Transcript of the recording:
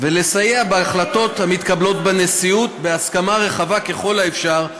ולסייע בהחלטות המתקבלות בנשיאות בהסכמה רחבה ככל האפשר,